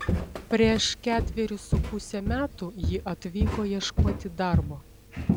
prieš ketverius su puse metų ji atvyko ieškoti darbo